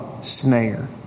snare